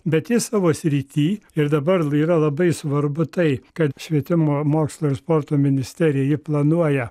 bet jis savo srity ir dabar yra labai svarbu tai kad švietimo mokslo ir sporto ministerija planuoja